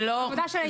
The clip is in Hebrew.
זה לא פתרון.